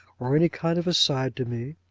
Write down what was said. or any kind of aside, to me